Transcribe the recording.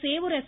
Sevur S